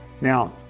Now